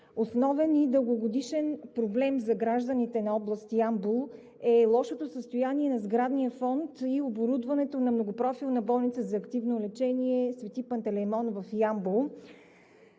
основен и дългогодишен проблем за гражданите на област Ямбол е лошото състояние на сградния фонд и оборудването на Многопрофилната болница за активно лечение „Св. Пантелеймон“ в Ямбол.